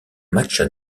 matchs